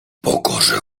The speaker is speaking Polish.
pokorze